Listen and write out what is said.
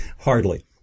Hardly